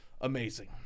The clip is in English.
Amazing